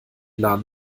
laden